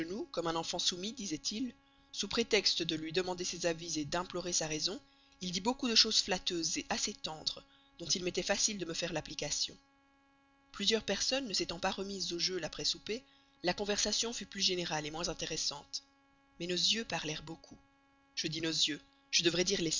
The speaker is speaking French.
comme un enfant soumis disait-il sous prétexte de lui demander ses avis d'implorer sa raison il dit beaucoup de choses flatteuses assez tendres dont il m'était facile de me faire l'application plusieurs personnes ne s'étant pas remises au jeu après souper la conversation fut plus générale par conséquent moins intéressante mais nos yeux parlèrent beaucoup je dis nos yeux je devrais dire